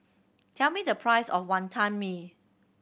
tell me the price of Wonton Mee